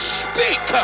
speak